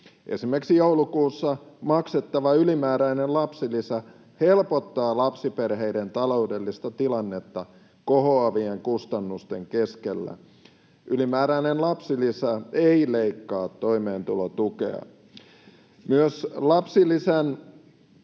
Esimerkiksi joulukuussa maksettava ylimääräinen lapsilisä helpottaa lapsiperheiden taloudellista tilannetta kohoavien kustannusten keskellä. Ylimääräinen lapsilisä ei leikkaa toimeentulotukea. Myös lapsilisän